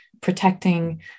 protecting